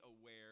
aware